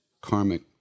karmic